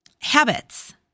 habits